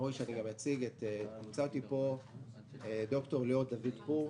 לצדי יושב ד"ר ליאור דוד-פור,